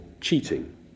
cheating